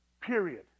Period